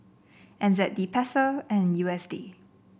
N Z D Peso and U S D